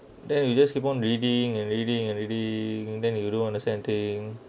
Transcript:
then you just keep on reading and reading and reading then you do on the same thing